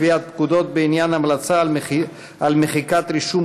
קביעת פקודות בעניין המלצה על מחיקת רישום